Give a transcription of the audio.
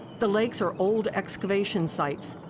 the lakes are old excavation sites.